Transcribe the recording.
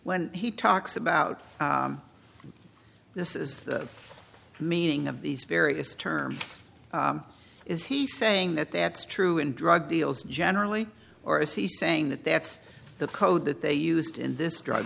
when he talks about this is the meaning of these various terms is he saying that that's true in drug deals generally or is he saying that that's the code that they used in this drug